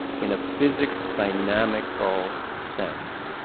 in a physics dynamical sense,